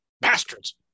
bastards